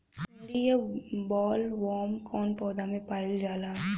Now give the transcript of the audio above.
सुंडी या बॉलवर्म कौन पौधा में पाइल जाला?